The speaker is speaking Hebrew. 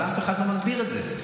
אבל אף אחד לא מסביר את זה.